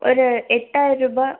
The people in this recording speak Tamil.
ஒரு எட்டாயிரம் ரூபாய்